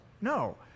No